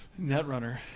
Netrunner